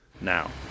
..now